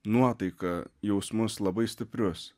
nuotaiką jausmus labai stiprius